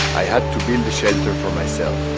i had to build a shelter for myself.